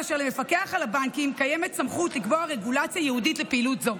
כאשר למפקח על הבנקים קיימת סמכות לקבוע רגולציה ייעודית לפעילות זו.